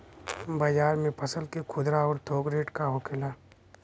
बाजार में फसल के खुदरा और थोक रेट का होखेला?